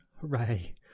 Hooray